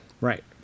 Right